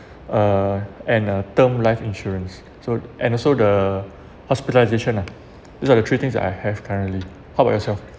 uh and a term life insurance so and also the hospitalisation lah these are the three things that I have currently how about yourself